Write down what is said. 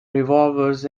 revolvers